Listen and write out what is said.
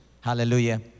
hallelujah